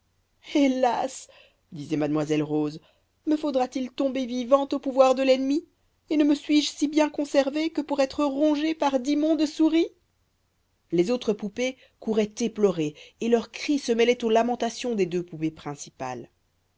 hélas disait mademoiselle rose me faudra t-il tomber vivante au pouvoir de l'ennemi et ne me suis-je si bien conservée que pour être rongée par d'immondes souris les autres poupées couraient éplorées et leurs cris se mêlaient aux lamentations des deux poupées principales